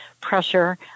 pressure